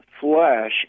flesh